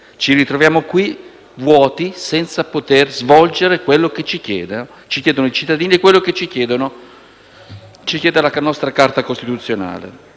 Ci ritroviamo qui vuoti, senza poter svolgere quello che ci chiedono i cittadini e quello che ci chiede la nostra carta costituzionale.